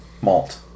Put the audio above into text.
malt